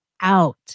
out